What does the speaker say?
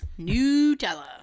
Nutella